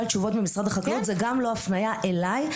זה גם לא הפניה אליי.